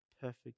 perfect